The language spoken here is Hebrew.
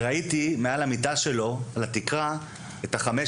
ראיתי מעל המיטה שלו, על התקרה, את חמש